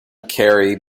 carry